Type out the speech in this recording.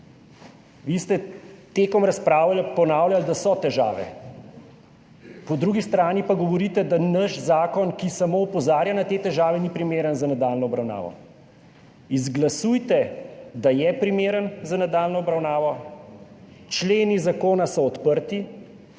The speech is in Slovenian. Vi ste med razpravo ponavljali, da so težave. Po drugi strani pa govorite, da naš zakon, ki samo opozarja na te težave, ni primeren za nadaljnjo obravnavo. Izglasujte, da je primeren za nadaljnjo obravnavo, členi zakona so odprti.